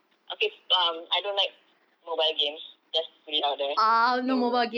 okay um I don't like mobile games just to put it out there so